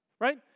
right